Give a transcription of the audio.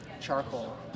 charcoal